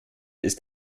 ist